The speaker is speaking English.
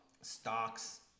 stocks